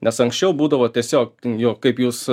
nes anksčiau būdavo tiesiog jo kaip jūs